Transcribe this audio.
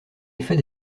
effet